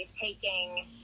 taking